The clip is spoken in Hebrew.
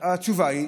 התשובה היא